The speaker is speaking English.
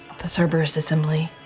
the cerberus assembly.